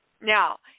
Now